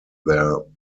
their